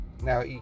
Now